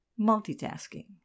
multitasking